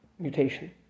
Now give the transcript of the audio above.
Mutation